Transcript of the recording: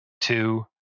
two